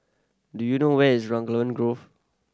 do you know where is Raglan Grove